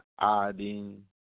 adding